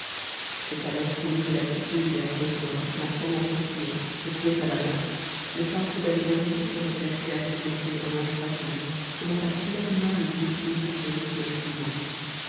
c'est alors qu'au lieu de la piteuse et affreuse mort marchant dans son sillon le fouet à la main le peintre d'allégories pourrait placer à ses côtés un ange radieux semant à pleines mains le blé béni sur le sillon fumant